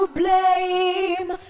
blame